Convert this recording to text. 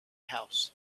house